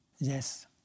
Yes